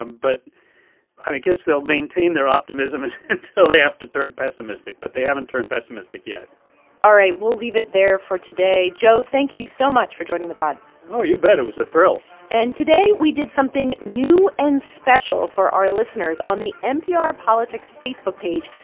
um but i guess they'll maintain their optimism until they have to turn pessimistic. but they haven't turned pessimistic yet all right. we'll leave it there for today. joe, thank you so much for joining the pod oh, you bet. it was a thrill and today we did something new and special for our listeners on the npr politics facebook page.